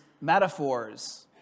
metaphors